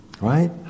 right